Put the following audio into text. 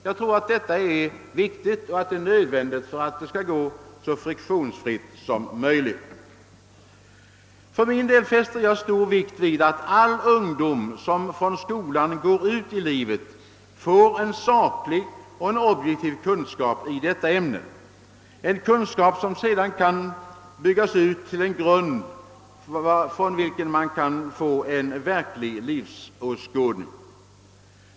Jag tror att detta är viktigt och att det är nödvändigt för att det skall gå så friktionsfritt som möjligt. För min del fäster jag stor vikt vid att all ungdom som från skolan går ut i livet får en saklig och objektiv kunskap i detta ämne, en kunskap som ser dan kan byggas ut till en grund, från vilken man kan söka sig fram till en verklig livsåskådning.